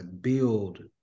build